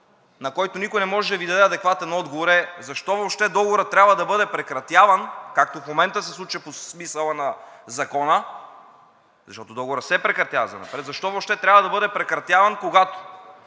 на който никой не може да Ви даде адекватен отговор, е: защо въобще договорът трябва да бъде прекратяван, както в момента се случва по смисъла на Закона, защото договорът се прекратява занапред? Защо въобще трябва да бъде прекратяван, когато